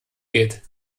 geht